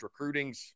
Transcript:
recruitings